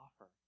offer